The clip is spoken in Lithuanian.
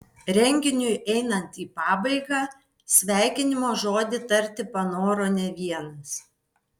renginiui einant į pabaigą sveikinimo žodį tarti panoro ne vienas